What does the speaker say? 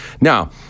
Now